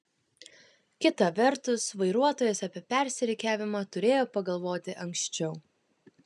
kita vertus vairuotojas apie persirikiavimą turėjo pagalvoti anksčiau